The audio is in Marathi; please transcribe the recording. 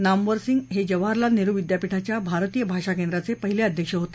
नामवरसिंग हे जवाहरलाल नेहरु विद्यापिठाच्या भारतीय भाषा केंद्राचे पहिले अध्यक्ष होते